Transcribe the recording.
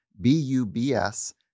B-U-B-S